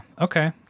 okay